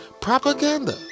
propaganda